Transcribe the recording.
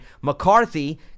McCarthy